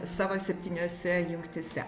savo septyniose jungtyse